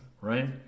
Right